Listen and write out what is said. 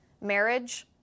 marriage